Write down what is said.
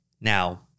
Now-